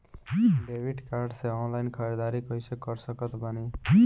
Debit card से online ख़रीदारी कैसे कर सकत बानी?